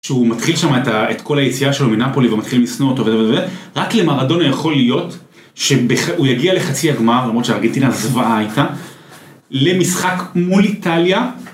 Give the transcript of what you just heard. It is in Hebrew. כשהוא מתחיל שם את כל היציאה שלו מנאפולי ומתחילים לשנוא אותו וזה וזה, רק למארדונה יכול להיות, שהוא יגיע לחצי הגמר, למרות שארגנטינה זוועה היתה, למשחק מול איטליה,